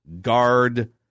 guard